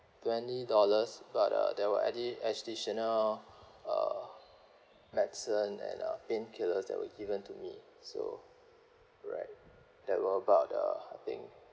twenty dollars but uh there were addi~ additional uh medicine and uh painkillers that were given to me so right there were about uh I think